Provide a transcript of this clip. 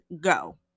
go